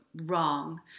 wrong